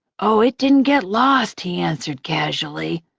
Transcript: oh, it didn't get lost, he answered casually.